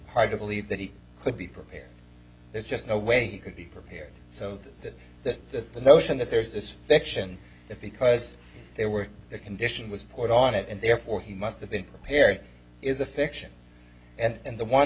hard to believe that he could be prepared there's just no way he could be prepared so that that that the notion that there is this fiction that because they were that condition was poured on it and therefore he must have been prepared is a fiction and the one